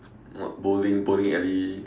what bowling bowling alley like